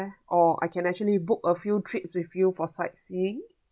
or I can actually book a few trips with you for sightseeing